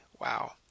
Wow